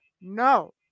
no